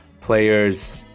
players